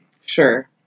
Sure